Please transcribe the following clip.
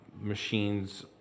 machines